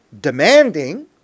demanding